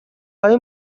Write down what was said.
های